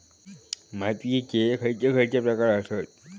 मातीयेचे खैचे खैचे प्रकार आसत?